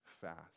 fast